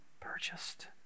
purchased